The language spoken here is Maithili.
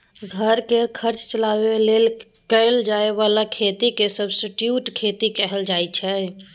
घर केर खर्चा चलाबे लेल कएल जाए बला खेती केँ सब्सटीट्युट खेती कहल जाइ छै